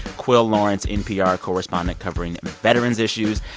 quil lawrence, npr correspondent covering veterans' issues,